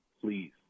Please